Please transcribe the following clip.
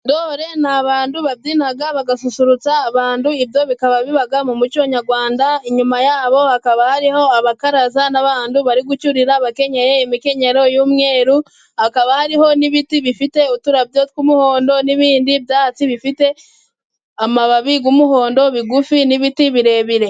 Intore ni abantu babyina bagasusurutsa abantu，ibyo bikaba biba mu muco nyarwanda，inyuma yabo hakaba hariho abakaraza，n'abantu abari gucurira bakenyeye imikenyero y'umweru，hakaba hariho n'ibiti bifite uturabyo tw'umuhondo， n'ibindi byatsi bifite amababi y’umuhondo bigufi n'ibiti birebire.